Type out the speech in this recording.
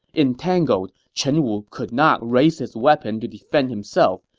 entangled, chen wu could not raise his weapon to defend himself,